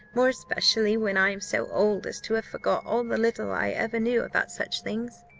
more especially when i am so old as to have forgot all the little i ever knew about such things.